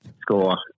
score